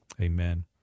Amen